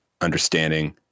understanding